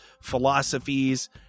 philosophies